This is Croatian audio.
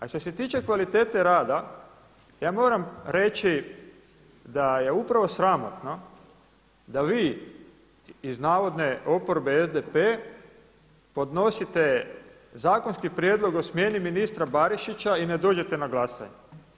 A što se tiče kvalitete rada, ja moram reći da je upravo sramotno da vi iz navodne oporbe SDP podnosite zakonski prijedlog o smjeni ministra Barišića i ne dođete na glasanje.